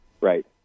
Right